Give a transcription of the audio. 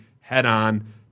head-on